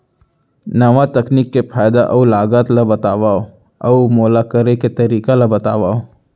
नवा तकनीक के फायदा अऊ लागत ला बतावव अऊ ओला करे के तरीका ला बतावव?